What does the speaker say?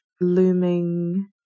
looming